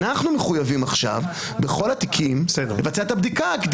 אנחנו מחויבים עכשיו בכל התיקים לבצע את הבדיקה.